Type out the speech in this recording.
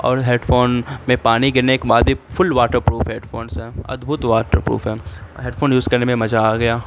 اور headphone میں پانی گرنے کے بعد بھی full waterproof headphones ہے ادبھت واٹر پروف ہیں اور ہیڈ فون یوز کرنے میں مزا آ گیا